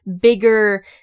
bigger